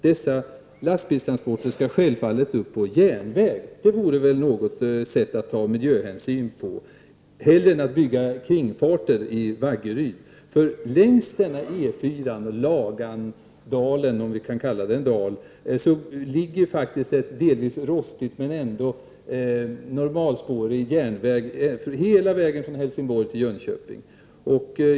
Dessa lastbilstransporter skall självfallet upp på järnväg. Det vore väl ett sätt att ta miljöhänsyn på, hellre än att bygga kringfarter runt Vaggeryd. Längs denna del av E4, Lagandalen — om vi kan kalla den dal ligger faktiskt en delvis rostig men ändå normalspårig järnväg hela vägen från Helsingborg till Jönköping.